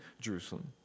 Jerusalem